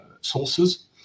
sources